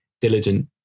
diligent